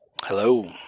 Hello